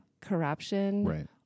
corruption